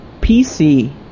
PC